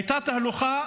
הייתה תהלוכה,